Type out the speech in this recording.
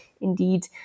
indeed